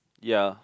ya